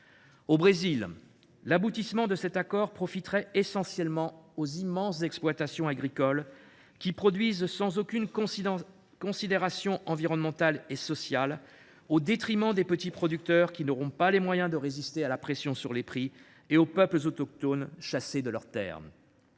Au Brésil, l’aboutissement de cet accord profiterait essentiellement aux immenses exploitations agricoles qui produisent sans aucune considération environnementale et sociale, au détriment des petits producteurs qui n’auront pas les moyens de résister à la pression sur les prix et aux peuples autochtones chassés de leurs terres.